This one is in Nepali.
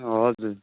हजुर